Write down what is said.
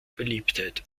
beliebtheit